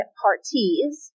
parties